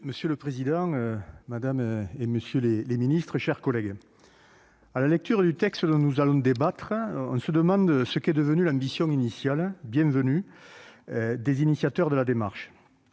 Monsieur le président, madame, monsieur les ministres, mes chers collègues, à la lecture du texte dont nous allons débattre, on peut se demander ce qu'est devenue l'ambition initiale, tout à fait bienvenue, des auteurs de la démarche.